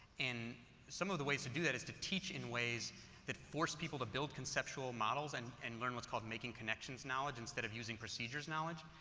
some of the ways to do that is to teach in ways that force people to build conceptual models and and learn what's called, making connections knowledge instead of using procedures knowledge.